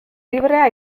librea